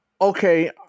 okay